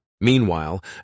Meanwhile